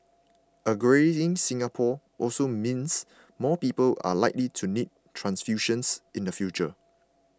a greying Singapore also means more people are likely to need transfusions in the future